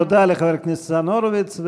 תודה לחבר הכנסת ניצן הורוביץ.